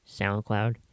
SoundCloud